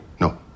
No